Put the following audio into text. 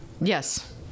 Yes